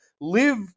live